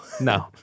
No